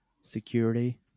Security